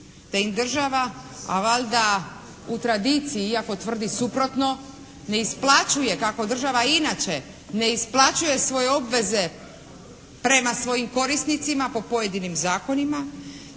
te im država, a valjda u tradiciji iako tvrdi suprotno ne isplaćuje, kako država inače ne isplaćuje svoje obveze prema svojim korisnicima po pojedinim zakonima,